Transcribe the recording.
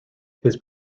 his